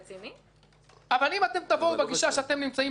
אבל אם תבואו בגישה שאתם באים עכשיו,